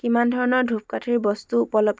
কিমান ধৰণৰ ধূপকাঠীৰ বস্তু উপলব্ধ